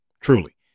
Truly